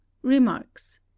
Remarks